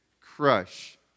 crush